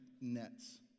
nets